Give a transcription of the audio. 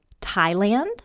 Thailand